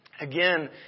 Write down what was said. Again